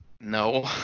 No